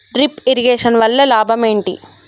Drip irrigation వల్ల లాభం ఏంటి?